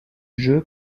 jeu